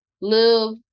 live